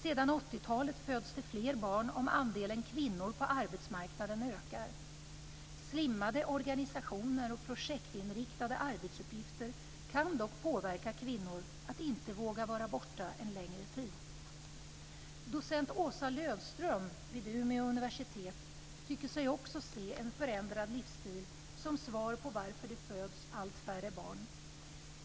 Sedan 80-talet föds det fler barn om andelen kvinnor på arbetsmarknaden ökar. Slimmade organisationer och projektinriktade arbetsuppgifter kan dock påverka kvinnor att inte våga vara borta en längre tid. Docent Åsa Löfström vid Umeå universitet tycker sig också se en förändrad livsstil som svar på varför det föds allt färre barn.